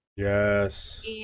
Yes